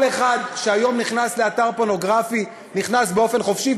כל אחד שהיום נכנס לאתר פורנוגרפי נכנס באופן חופשי,